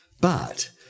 But